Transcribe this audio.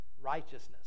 righteousness